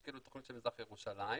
יש כאילו תוכנית של מזרח ירושלים,